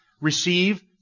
receive